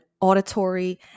auditory